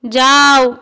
যাও